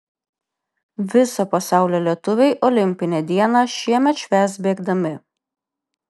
viso pasaulio lietuviai olimpinę dieną šiemet švęs bėgdami